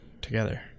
together